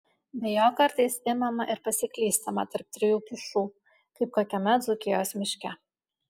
be jo kartais imama ir pasiklystama tarp trijų pušų kaip kokiame dzūkijos miške